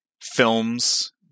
films